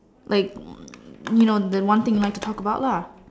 like you know the one thing like to talk about lah